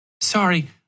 Sorry